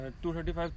235